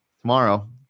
tomorrow